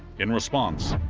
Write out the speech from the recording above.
in response,